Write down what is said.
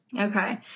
Okay